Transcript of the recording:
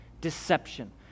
deception